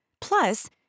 Plus